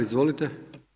Izvolite.